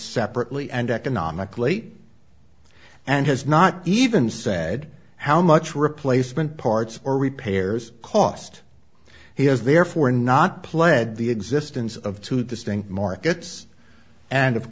separately and economically and has not even said how much replacement parts or repairs cost he has therefore not pled the existence of two distinct markets and of